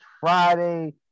Friday